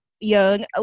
young